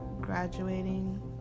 graduating